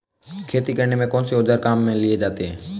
खेती करने में कौनसे औज़ार काम में लिए जाते हैं?